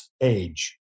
age